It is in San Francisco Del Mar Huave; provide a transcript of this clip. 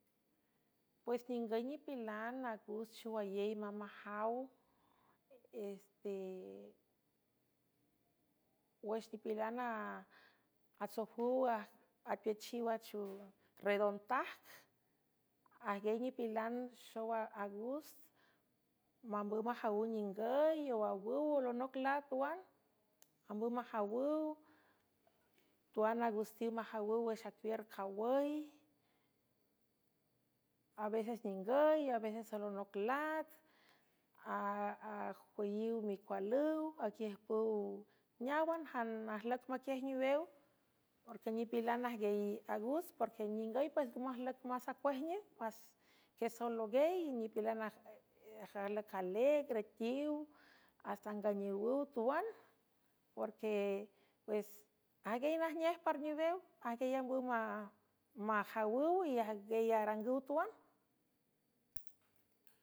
Pues ningüy nipilan agust xowayey mam mjaw wüx nipilanatsojüw apuiachiw a redontajc ajngiey nipilan xow agust mambüw majawüw ningüy oawüw olonoc lat uan ambüw majawüw tuan agustiw majawüw wüx acuiür jawüy aveces ningüy aveces alonoc lat ajpüyiw micualüw aquiüjpüw neáwan jan ajlüc maquiaj niwew porque nipilan ajguiey agust porque ningüy pues ngomajlüc más acuaj nej s quiesowloguey nipilan ajlücalegretiw asta nganiowüw tuan porque uex ajnguiey najnej par niwew ajguiey ambüw majawüw y ajgey arangüw tuan.